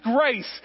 grace